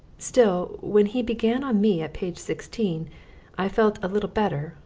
still when he began on me at page sixteen i felt a little better,